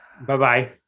Bye-bye